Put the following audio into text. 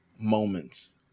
moments